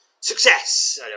Success